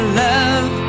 love